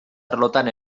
arlotan